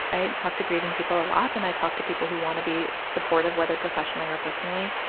i talk to grieving people a lot and i talk to people who want to be supportive, whether professional or personally.